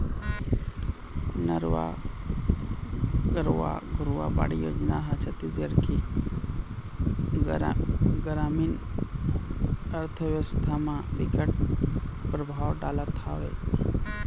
नरूवा, गरूवा, घुरूवा, बाड़ी योजना ह छत्तीसगढ़ के गरामीन अर्थबेवस्था म बिकट परभाव डालत हवय